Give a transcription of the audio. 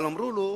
אבל אמרו לו: